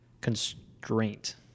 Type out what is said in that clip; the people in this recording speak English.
constraint